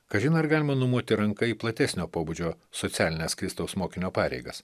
kažin ar galima numoti ranka į platesnio pobūdžio socialines kristaus mokinio pareigas